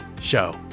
show